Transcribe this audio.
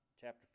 Chapter